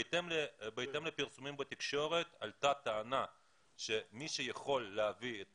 בהתאם לפרסומים בתקשורת עלתה טענה שמי שיכול להביא את